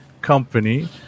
Company